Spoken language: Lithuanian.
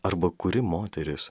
arba kuri moteris